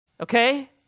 Okay